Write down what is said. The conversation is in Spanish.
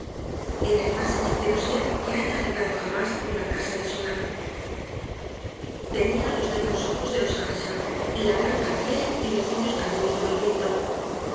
era el más hechicero ser que haya alegrado jamás una casa desolada tenía los negros ojos de los earnshaw y la blanca piel y los rubios cabellos de los linton